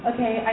Okay